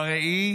בראי